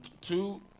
two